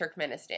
Turkmenistan